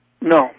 No